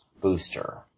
booster